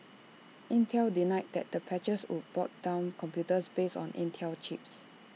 Intel denied that the patches would bog down computers based on Intel chips